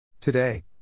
Today